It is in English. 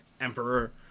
emperor